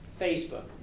Facebook